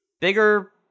bigger